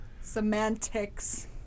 Semantics